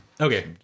Okay